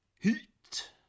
Heat